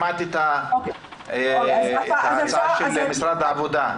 שמעת את ההצעה של משרד העבודה.